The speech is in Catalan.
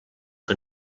que